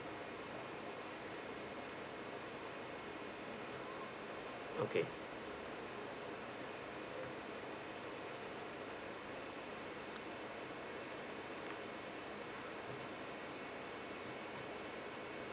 okay